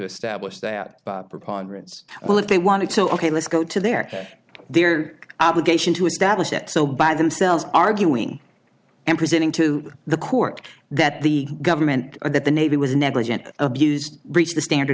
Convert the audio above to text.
establish that preponderance well if they wanted to ok let's go to their their obligation to establish that so by themselves arguing and presenting to the court that the government or that the navy was negligent abused reach the standard